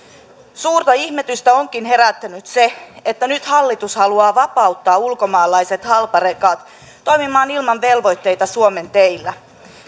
suurta ihmetystä onkin herättänyt se että nyt hallitus haluaa vapauttaa ulkomaalaiset halparekat toimimaan ilman velvoitteita suomen teillä